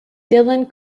dillon